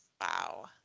Wow